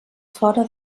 fora